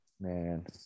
man